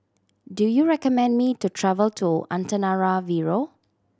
do you recommend me to travel to Antananarivo